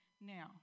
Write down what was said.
Now